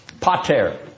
Pater